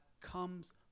comes